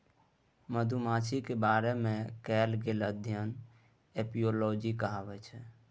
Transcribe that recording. मधुमाछीक बारे मे कएल गेल अध्ययन एपियोलाँजी कहाबै छै